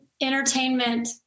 entertainment